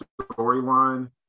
storyline